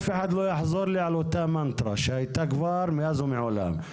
אני לא רוצה שיחזרו על אותה מנטרה שהייתה מאז ומעולם.